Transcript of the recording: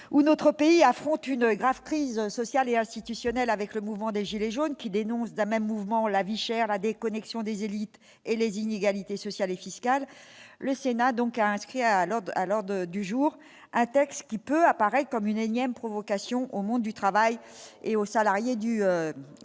où notre pays affronte une grave crise sociale et institutionnelle avec le mouvement des Gilets jaunes qui dénonce d'un même mouvement, la vie chère la déconnexion des élites et les inégalités sociales et fiscales, le Sénat donc a inscrit à l'ordre alors de du jour, un texte qui peut apparaître comme une énième provocation au monde du travail et aux salariés du de ce